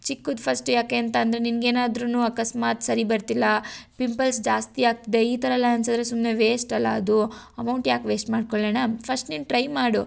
ಚಿಕ್ಕದ್ first ಯಾಕೆ ಅಂತ ಅಂದರೆ ನಿನ್ಗೆ ಏನಾದ್ರೂ ಅಕಸ್ಮಾತ್ ಸರಿ ಬರ್ತಿಲ್ಲ ಪಿಂಪಲ್ಸ್ ಜಾಸ್ತಿ ಆಗ್ತಿದೆ ಈ ಥರ ಎಲ್ಲ ಅನಿಸಿದ್ರೆ ಸುಮ್ಮನೆ ವೇಸ್ಟ್ ಅಲ್ಲ ಅದು ಅಮೌಂಟ್ ಯಾಕೆ ವೇಸ್ಟ್ ಮಾಡ್ಕೊಳ್ಳೋಣ ಫಸ್ಟ್ ನೀನು ಟ್ರೈ ಮಾಡು